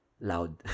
loud